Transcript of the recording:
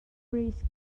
briskly